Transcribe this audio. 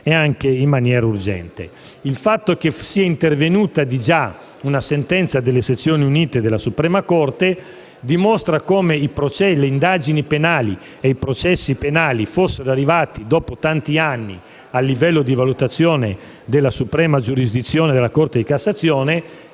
Il fatto che sia già intervenuta una sentenza delle sezioni unite della suprema Corte dimostra come le indagini e i processi penali fossero arrivati dopo tanti anni a livello di valutazione della suprema giurisdizione della suprema giurisdizione